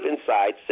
inside